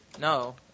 No